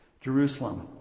Jerusalem